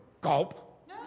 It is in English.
gulp